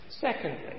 Secondly